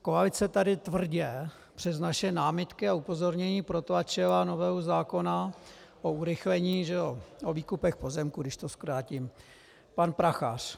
Koalice tady tvrdě přes naše námitky a upozornění protlačila novelu zákona o výkupech pozemků, když to zkrátím pan Prachař.